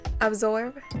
absorb